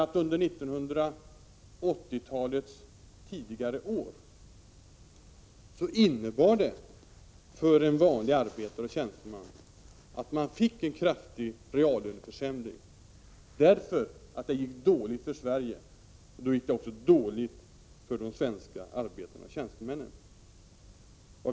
1980-talets tidigare år innebar för vanliga arbetare och tjänstemän en kraftig reallöneförsämring, därför att det gick dåligt för Sverige, och då gick det också dåligt för de svenska arbetarna och tjänstemännen.